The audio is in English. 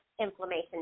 inflammation